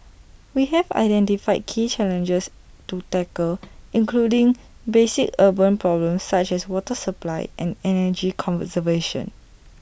we have identified key challenges to tackle including basic urban problems such as water supply and energy conservation